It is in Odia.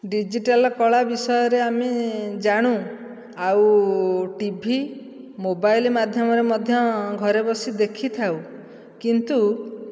ଡିଜିଟାଲ କଳା ବିଷୟରେ ଆମେ ଜାଣୁ ଆଉ ଟିଭି ମୋବାଇଲ ମାଧ୍ୟମରେ ମଧ୍ୟ ଘରେ ବସି ଦେଖିଥାଉ କିନ୍ତୁ